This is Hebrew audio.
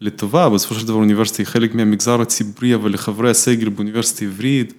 לטובה בסופו של דבר אוניברסיטה היא חלק מהמגזר הציבורי אבל חברי הסגל באוניברסיטה העברית